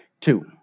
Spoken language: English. Two